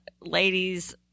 ladies